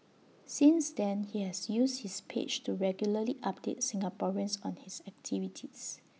since then he has used his page to regularly update Singaporeans on his activities